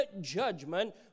judgment